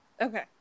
okay